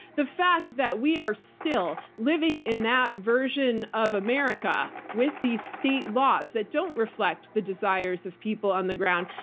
the fact that we are still living in that version of america with these state laws that don't reflect the desires of people on the ground,